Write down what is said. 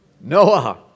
Noah